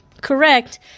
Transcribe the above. correct